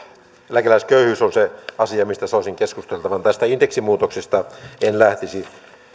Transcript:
eläkeläisköyhyys on se asia mistä soisin keskusteltavan tästä indeksimuutoksesta en lähtisi